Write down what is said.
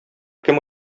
кем